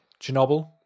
Chernobyl